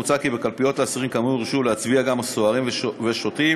מוצע כי בקלפיות לאסירים כאמור יורשו להצביע גם סוהרים ושוטרים